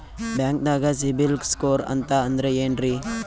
ಬ್ಯಾಂಕ್ದಾಗ CIBIL score ಅಂತ ಅಂದ್ರೆ ಏನ್ರೀ?